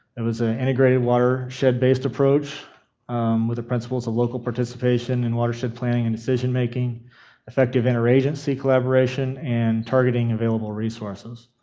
it was an integrated watershed based approach with the principles of local participation in watershed planning and decision making affective in our agency collaboration and targeting available resources.